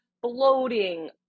bloating